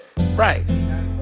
Right